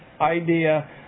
idea